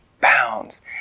bounds